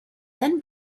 then